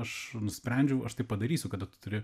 aš nusprendžiau aš tai padarysiu kada tu turi